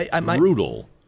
brutal